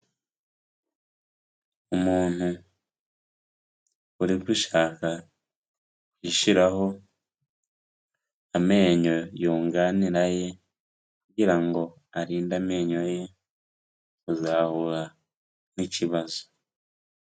Umuntu uri gushaka gushyiraho amenyo yunganira aye, kugira ngo arinde amenyo ye kuzahura n'ikibazo.